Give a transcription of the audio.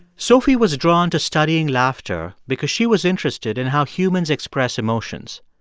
sophie was drawn to studying laughter because she was interested in how humans express emotions.